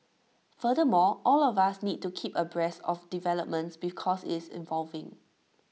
furthermore all of us need to keep abreast of developments because it's evolving